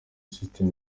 system